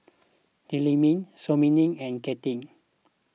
Tillman Simona and Kinte